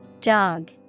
Jog